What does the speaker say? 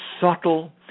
subtle